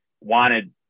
wanted